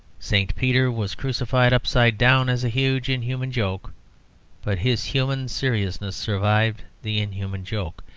st. peter was crucified upside down as a huge inhuman joke but his human seriousness survived the inhuman joke,